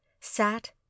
sat